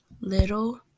Little